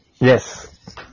Yes